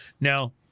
Now